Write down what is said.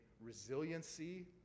resiliency